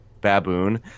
baboon